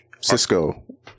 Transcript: Cisco